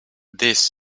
this